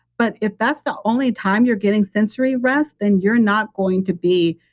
but if that's the only time you're getting sensory rest, then you're not going to be.